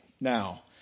Now